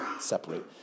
separate